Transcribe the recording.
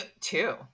two